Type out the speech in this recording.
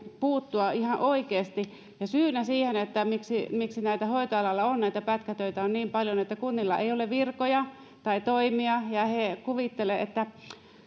puuttua ihan oikeasti syynä siihen miksi miksi näitä pätkätöitä on hoitoalalla niin paljon on se että kunnilla ei ole virkoja tai toimia ja he kuvittelevat että